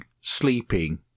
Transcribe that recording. sleeping